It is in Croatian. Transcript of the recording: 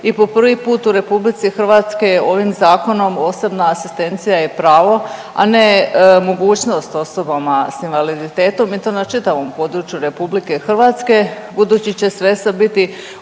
i po prvi put u RH je ovim zakonom osobna asistencija je pravo, a ne mogućnost osobama s invaliditetom i to na čitavom području RH budući će sredstva biti